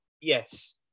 Yes